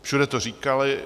Všude to říkali.